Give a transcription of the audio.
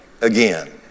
again